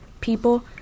people